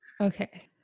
Okay